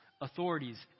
authorities